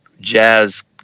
jazz